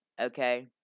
okay